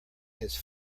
his